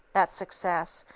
that success,